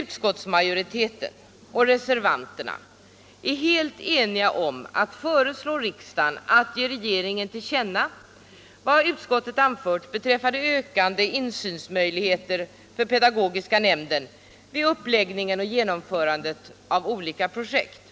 Utskottsmajoriteten och reservanterna är helt eniga om att föreslå riksdagen att ge regeringen till känna vad utskottet anfört beträffande ökade insynsmöjligheter för pedagogoska nämnden vid uppläggningen och genomförandet av olika projekt.